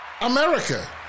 America